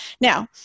Now